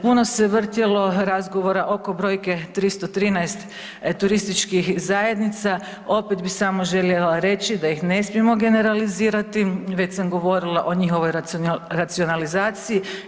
Puno se vrtjelo razgovora oko brojke 313 turističkih zajednica, opet bih samo želila reći da ih ne smijemo generalizirati, već sam govorila o njihovoj racionalizaciji.